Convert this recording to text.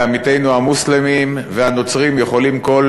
ועמיתינו המוסלמים והנוצרים יכולים כל